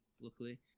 luckily